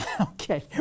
Okay